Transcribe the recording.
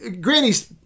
Granny's